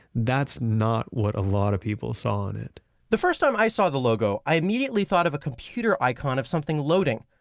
that's not what a lot of people saw on it the first time i saw the logo, i immediately thought of a computer icon of something loading.